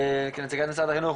כנציגת משרד החינוך,